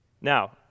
Now